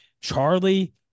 Charlie